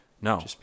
No